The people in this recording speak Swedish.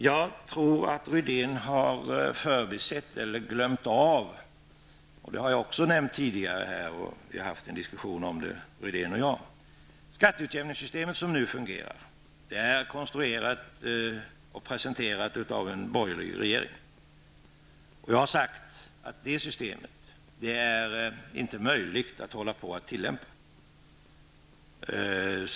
Jag tror att Rune Rydén har förbisett eller glömt -- vilket jag har nämnt tidigare, och han och jag har även haft en diskussion om det tidigare -- att skatteutjämningssystemet är konstruerat och presenterat av en borgerlig regering. Jag har sagt att detta system inte är möjligt att tillämpa.